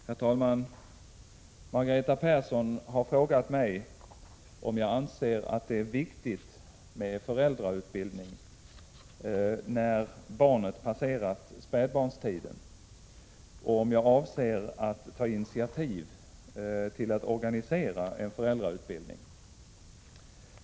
Herr talman! Margareta Persson har frågat mig om jag anser att det är viktigt med föräldrautbildning när barnet passerat spädbarnstiden och om jag avser att ta initiativ till att organisera en föräldrautbildning.